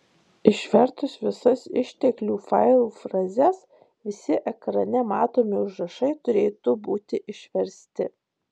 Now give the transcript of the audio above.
išvertus visas išteklių failų frazes visi ekrane matomi užrašai turėtų būti išversti